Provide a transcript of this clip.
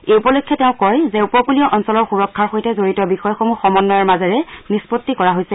এই উপলক্ষে তেওঁ কয় যে উপকলীয় অঞ্চলৰ সুৰক্ষাৰ সৈতে জডিত বিষয়সমূহ সমন্বয়ৰ মাজেৰে নিস্পত্তি কৰা হৈছে